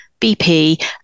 BP